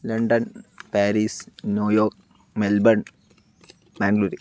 London Paris New York Melbourne Bangalore